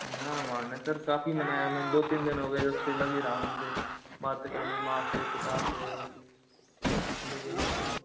ना माने सर काफ़ी मनाया मैंने दो तीन दिन हो गए जब से लग ही रहा हूँ उनसे बातें करने में माँ से पिता से लेकिन